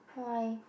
why